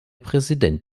präsident